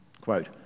Quote